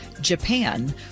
Japan